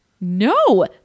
No